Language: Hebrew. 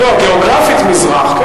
לא, גיאוגרפית מזרח.